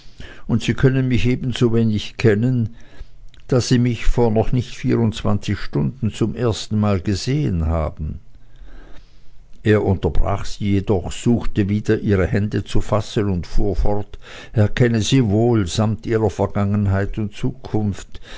und sie können mich ebensowenig kennen da sie mich vor noch nicht vierundzwanzig stunden zum ersten mal gesehen haben er unterbrach sie jedoch suchte wieder ihre hände zu fassen und fuhr fort er kenne sie wohl samt ihrer vergangenheit und zukunft